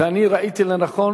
ואני ראיתי לנכון,